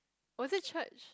was it church